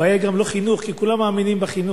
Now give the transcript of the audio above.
הבעיה היא גם לא חינוך, כי כולם מאמינים בחינוך.